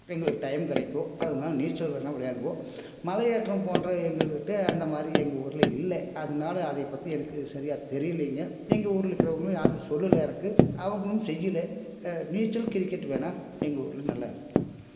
எங்களுக்கு டைம் கிடைக்கும் அதனால நீச்சல் வேணுனால் விளையாடுவோம் மலை ஏற்றம் போன்ற எங்கள்க் கிட்டே அந்த மாதிரி எங்கள் ஊரில் இல்லை அதனால அதையை பற்றி எனக்கு சரியாக தெரியலைங்க எங்கள் ஊரில் இருக்கிறவங்களும் யாரும் சொல்லுல்லை எனக்கு அவர்களும் செய்யல நீச்சல் கிரிக்கெட்டு வேணால் எங்கள் ஊரில் நல்லா இருக்குது